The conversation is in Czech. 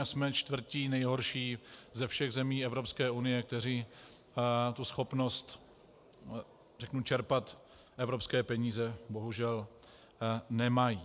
Jsme čtvrtí nejhorší ze všech zemí Evropské unie, které tu schopnost čerpat evropské peníze bohužel nemají.